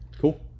Cool